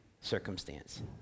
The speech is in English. circumstance